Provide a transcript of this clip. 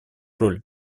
роль